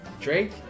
Drake